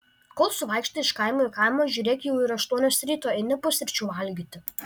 kol suvaikštai iš kaimo į kaimą žiūrėk jau ir aštuonios ryto eini pusryčių valgyti